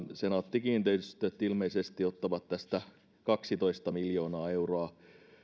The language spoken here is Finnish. senaatti kiinteistöt ilmeisesti ottaa tästä kaksitoista miljoonaa euroa